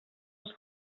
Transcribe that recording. els